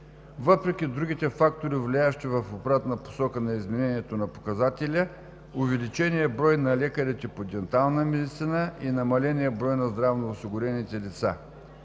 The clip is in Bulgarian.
въпреки другите фактори, влияещи в обратна посока на изменението на показателя – увеличеният брой на лекарите по дентална медицина и намаленият брой на здравноосигурените лица.